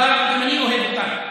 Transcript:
גם אני אוהב אותך.